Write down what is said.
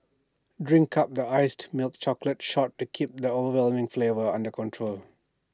drink up the iced milk chocolate shot to keep the overwhelming flavour under control